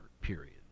period